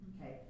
okay